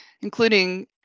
including